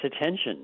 attention